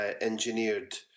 engineered